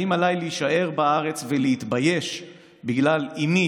האם עליי להישאר בארץ ולהתבייש בגלל אימי,